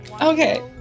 Okay